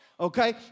Okay